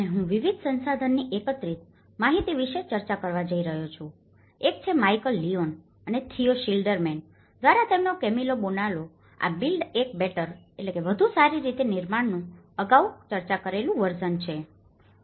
અને હું વિવિધ સંસાધન ની એકત્રિત માહિતી વિશે ચર્ચા કરવા જઇ રહ્યો છું એક છે માઇકલ લિયોન અને થિયો શિલ્ડરમેન દ્વારા તેમજ કેમિલો બોનાઓ દ્વારા બીલ્ડ બેક બેટરbuild back betterવધુ સારી રીતે નિર્માણનું અગાઉ ચર્ચા કરેલું વર્સનversionસંસ્કરણ